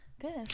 Good